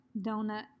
Donut